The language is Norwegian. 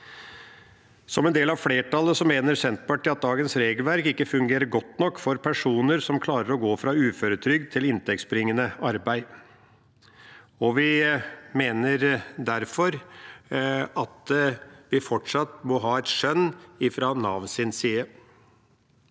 Som en del av flertallet mener Senterpartiet at dagens regelverk ikke fungerer godt nok for personer som klarer å gå fra uføretrygd til inntektsbringende arbeid, og vi mener derfor at vi fortsatt må ha et skjønn fra Navs side.